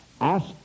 ask